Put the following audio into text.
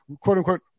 quote-unquote